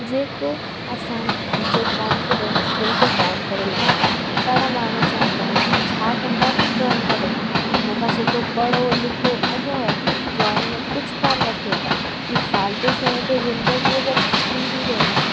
जेको असांजो कॉन्फिडेंस बिल्कुलु डाउन करे लाहींदा आहिनि ॾाढा माण्हू चवंदा आहिनि की छा कंदा तव्हां ड्रॉइंग करे हिन खां सुठो पढ़ो लिखो अॻियां वधो ड्रॉइंग में कुझ कोन रखियो अथव इहे फालतू शयूं त ज़िंदगी भर थींदी रहंदियूं